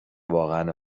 واقعا